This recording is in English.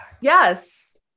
Yes